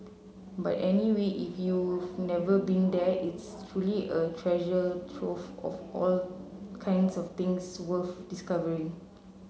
but anyway if you've never been there it's truly a treasure trove of all kinds of things worth discovering